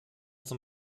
zum